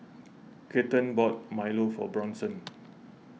Kathern bought Milo for Bronson